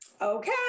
Okay